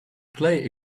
play